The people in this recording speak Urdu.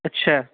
اچھا